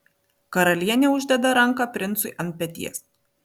karalienė uždeda ranką princui ant peties